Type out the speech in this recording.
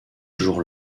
jour